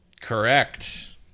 correct